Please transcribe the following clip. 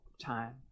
time